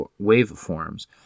waveforms